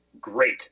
great